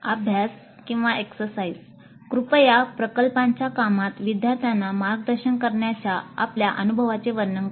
अभ्यास कृपया प्रकल्पांच्या कामात विद्यार्थ्यांना मार्गदर्शन करण्याच्या आपल्या अनुभवाचे वर्णन करा